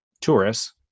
tourists